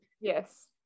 Yes